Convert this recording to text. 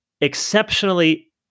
exceptionally